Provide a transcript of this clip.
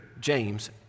James